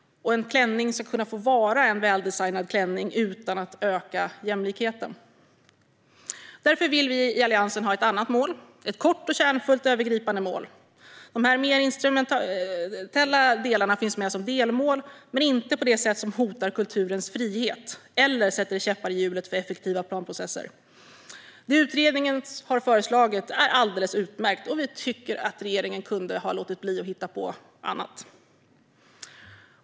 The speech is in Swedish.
En klänning ska kunna få vara en väldesignad klänning utan att öka jämlikheten. Därför vill vi i Alliansen ha ett annat mål - ett kort och kärnfullt övergripande mål. De mer instrumentella delarna finns med som delmål men inte på ett sätt som hotar kulturens frihet eller sätter käppar i hjulet för effektiva planprocesser. Det som utredningen har föreslagit är alldeles utmärkt, och vi tycker att regeringen kunde ha låtit bli att hitta på något annat.